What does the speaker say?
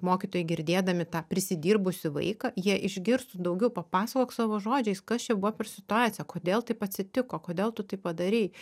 mokytojai girdėdami tą prisidirbusį vaiką jie išgirstų daugiau papasakok savo žodžiais kas čia buvo per situacija kodėl taip atsitiko kodėl tu taip padarei